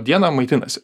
dieną maitinasi